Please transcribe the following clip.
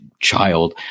child